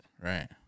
Right